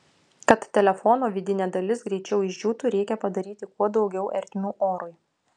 kad telefono vidinė dalis greičiau išdžiūtų reikia padaryti kuo daugiau ertmių orui